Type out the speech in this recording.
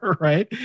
right